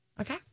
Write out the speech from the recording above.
Okay